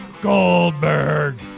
Goldberg